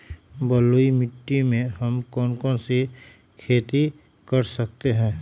बलुई मिट्टी में हम कौन कौन सी खेती कर सकते हैँ?